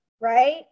right